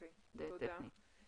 בסדר.